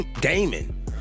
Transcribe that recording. Damon